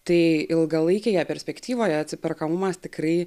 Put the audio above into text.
tai ilgalaikėje perspektyvoje atsiperkamumas tikrai